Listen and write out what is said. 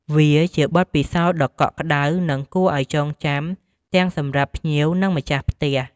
វាជាបទពិសោធន៍ដ៏កក់ក្តៅ និងគួរឱ្យចងចាំទាំងសម្រាប់ភ្ញៀវ និងម្ចាស់ផ្ទះ។